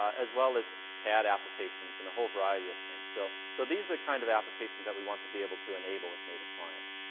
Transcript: as well as cad applications and a whole variety of things. so so these are the kind of applications that we want to be able to enable with native client.